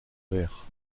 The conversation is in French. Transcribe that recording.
verre